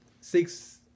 six